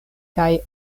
kaj